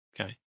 Okay